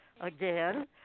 again